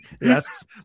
Yes